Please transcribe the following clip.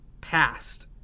Past